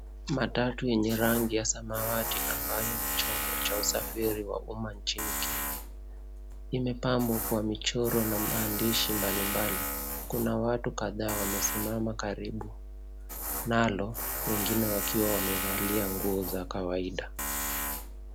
Matatu yenye rangi ya samawati ambayo ni chombo cha usafiri wa umma nchini kenya. Imepambwa kwa michoro na maandishi mbalimbali. Kuna watu kadhaa wamesimama karibu nalo, wengine wakiwa wamevalia nguo za kawaida.